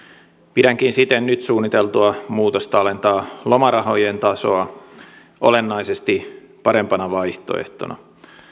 pidänkin siten nyt suunniteltua muutosta alentaa lomarahojen tasoa olennaisesti parempana vaihtoehtona